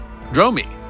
Dromi